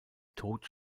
tod